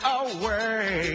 away